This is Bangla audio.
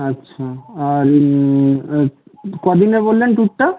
আচ্ছা আর কদিনের বললেন ট্যুরটা